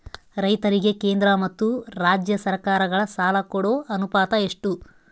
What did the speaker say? ರೈತರಿಗೆ ಕೇಂದ್ರ ಮತ್ತು ರಾಜ್ಯ ಸರಕಾರಗಳ ಸಾಲ ಕೊಡೋ ಅನುಪಾತ ಎಷ್ಟು?